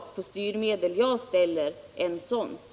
Jag ställer faktiskt större krav på styrmedel!